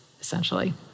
essentially